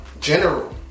general